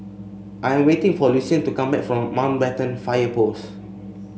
I'm waiting for Lucien to come back from Mountbatten Fire Post